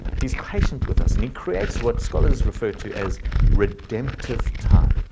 he's patient with us, and he creates what scholars refer to as redemptive time.